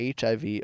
HIV